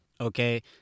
Okay